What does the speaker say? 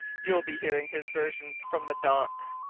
you'll be hearing his version from the dock!